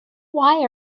why